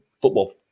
football